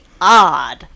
odd